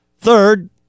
Third